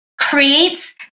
creates